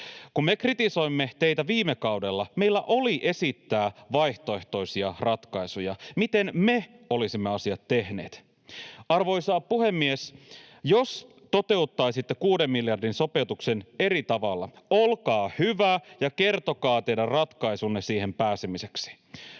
Kun me kritisoimme teitä viime kaudella, meillä oli esittää vaihtoehtoisia ratkaisuja siitä, miten me olisimme asiat tehneet. Arvoisa puhemies! Jos toteuttaisitte kuuden miljardin sopeutuksen eri tavalla, olkaa hyvä ja kertokaa teidän ratkaisunne siihen pääsemiseksi.